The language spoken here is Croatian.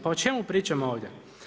Pa o čemu pričamo ovdje?